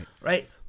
Right